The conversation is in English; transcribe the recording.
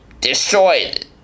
destroyed